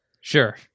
Sure